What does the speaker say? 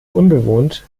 unbewohnt